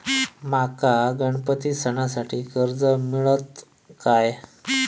माका गणपती सणासाठी कर्ज मिळत काय?